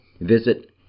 Visit